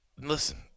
listen